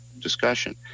discussion